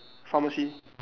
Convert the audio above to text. pharmacy